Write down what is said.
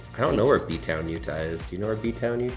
i don't know where b-town, utah is. do you know our b-town,